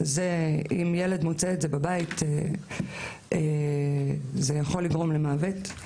אם ילד מוצא את זה בבית, זה יכול לגרום למוות.